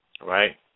Right